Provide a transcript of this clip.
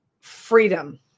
freedom